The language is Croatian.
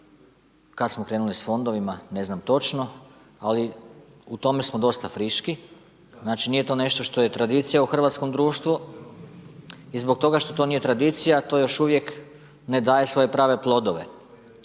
kada smo krenuli sa fondovima, ne znam točno. Ali u tome smo dosta friški. Znači nije to nešto što je tradicija u hrvatskom društvu. I zbog toga što to nije tradicija to još uvijek ne daje svoje prave plodove.